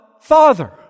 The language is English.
Father